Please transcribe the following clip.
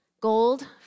Gold